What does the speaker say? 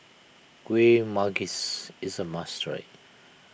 Kueh Manggis is a must try